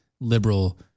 liberal